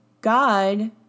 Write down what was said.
God